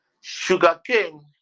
sugarcane